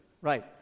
right